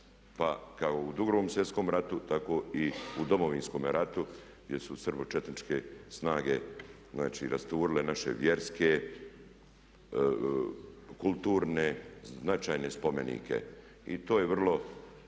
Pa kako i u 2. svjetskom ratu tako i u Domovinskome ratu gdje su srbočetničke snage znači rasturile naše vjerske, kulturne, značajne spomenike. I to je vrlo